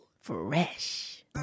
Fresh